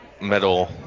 metal